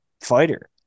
fighter